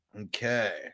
Okay